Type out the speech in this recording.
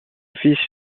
fils